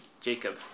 Jacob